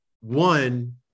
One